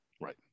Right